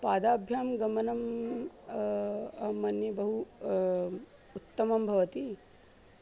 पादाभ्यां गमनं अहं मन्ये बहु उत्तमं भवति